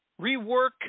Rework